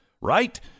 right